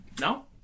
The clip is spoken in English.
No